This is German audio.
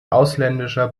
ausländischer